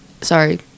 sorry